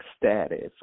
status